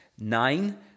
Nine